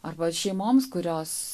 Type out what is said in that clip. arba šeimoms kurios